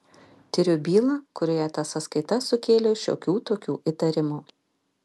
tiriu bylą kurioje ta sąskaita sukėlė šiokių tokių įtarimų